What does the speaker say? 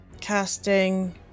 Casting